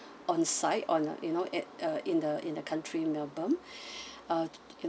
on site on you know at uh in the in the country melbourne uh